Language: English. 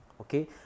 okay